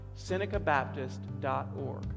SenecaBaptist.org